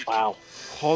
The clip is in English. Wow